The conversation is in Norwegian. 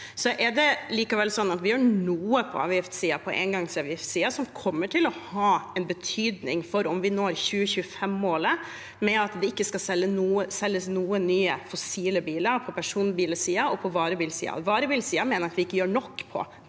Det er likevel sånn at vi gjør noe på avgiftssiden, på engangsavgiftssiden, som kommer til å ha betydning for om vi når 2025-målet om at det ikke skal selges noen nye fossile biler på personbilsiden og på varebilsiden. På varebilsiden mener jeg at vi ikke gjør nok. På